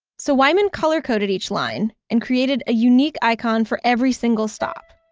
so wyman color-coded each line, and created a unique icon for every single stop.